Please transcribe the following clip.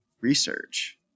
research